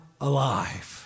alive